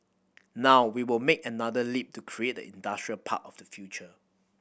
now we will make another leap to create the industrial park of the future